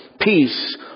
peace